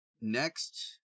next